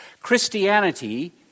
Christianity